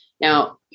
Now